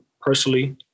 personally